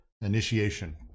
initiation